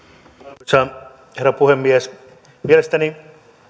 arvoisa herra puhemies mielestäni